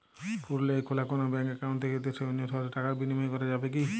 পুরুলিয়ায় খোলা কোনো ব্যাঙ্ক অ্যাকাউন্ট থেকে দেশের অন্য শহরে টাকার বিনিময় করা যাবে কি?